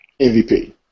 MVP